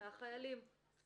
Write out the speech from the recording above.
מהחיילים,